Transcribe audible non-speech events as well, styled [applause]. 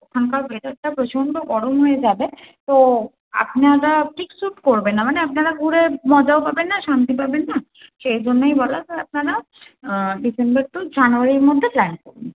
ওখানকার ওয়েদারটা প্রচণ্ড গরম হয়ে যাবে তো আপনারা ঠিক স্যুট করবেন না মানে আপনারা ঘুরে মজাও পাবেন না শান্তি পাবেন না সেই জন্যই বলা [unintelligible] আপনারা ডিসেম্বর টু জানুয়ারির মধ্যে প্ল্যান করুন